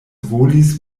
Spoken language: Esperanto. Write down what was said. volis